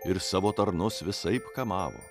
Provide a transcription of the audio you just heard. ir savo tarnus visaip kamavo